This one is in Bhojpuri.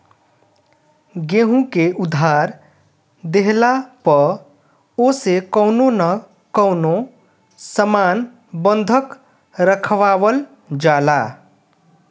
केहू के उधार देहला पअ ओसे कवनो न कवनो सामान बंधक रखवावल जाला